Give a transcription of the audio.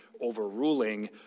overruling